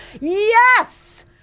Yes